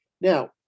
Now